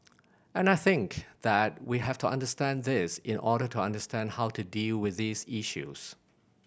and I think that we have to understand this in order to understand how to deal with these issues